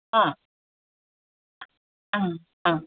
ആ ആ ആ